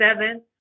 seven